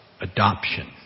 adoption